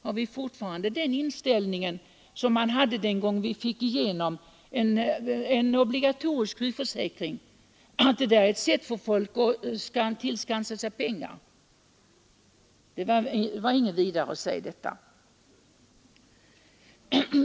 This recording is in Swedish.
Har man fortfarande den inställning som man hade då vi drev igenom en obligatorisk sjukförsäkring, att det är ett sätt för människor att tillskansa sig pengar när de anlitar sjukförsäkringen? Det var inget vidare att säga detta.